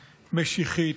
משיחית,